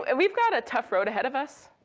and we've got a tough road ahead of us.